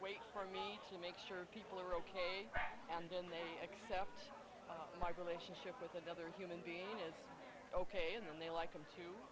wait for me to make sure people are ok and then they accept my relationship with another human being is ok and then they like them to